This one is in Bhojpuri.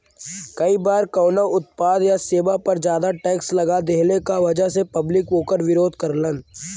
कई बार कउनो उत्पाद या सेवा पर जादा टैक्स लगा देहले क वजह से पब्लिक वोकर विरोध करलन